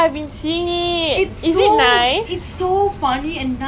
dey you you when you texted her just now what time is she coming